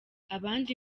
abandi